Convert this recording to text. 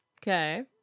Okay